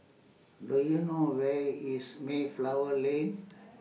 Do YOU know Where IS Mayflower Lane